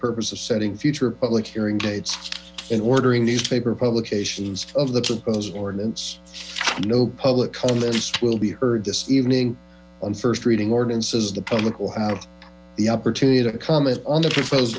purpose of setting future of public hearing dates and ordering newspaper publications of the proposed ordinance no public comments will be heard this evening on first reading ordinances the public will have the opportunity to comment on the proposed